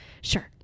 sure